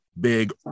big